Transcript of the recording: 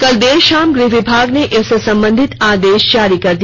कल देर शाम गृह विभाग ने इससे संबंधित आदेश जारी कर दिया